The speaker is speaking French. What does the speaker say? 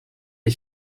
est